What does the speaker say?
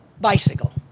bicycle